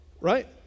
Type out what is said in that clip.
Right